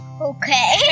okay